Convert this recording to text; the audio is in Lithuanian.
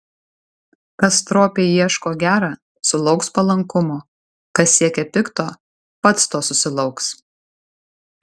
kas stropiai ieško gera sulauks palankumo kas siekia pikto pats to susilauks